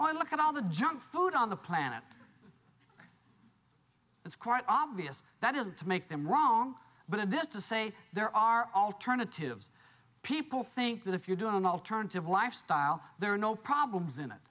or look at all the junk food on the planet it's quite obvious that doesn't make them wrong but at this to say there are alternatives people think that if you do an alternative lifestyle there are no problems in it